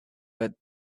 but